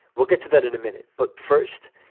we'll get to that in a minute. but first,